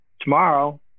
tomorrow